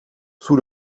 sous